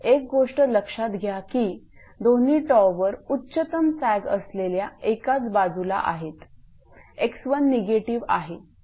एक गोष्ट लक्षात घ्या की दोन्ही टॉवर उच्चतम सॅग असलेल्या एकाच बाजूला आहेत 𝑥1 निगेटिव्ह आहे